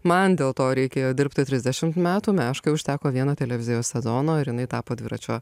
man dėl to reikėjo dirbti trisdešimt metų meškai užteko vieno televizijos sezono ir jinai tapo dviračio